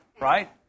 right